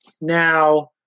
Now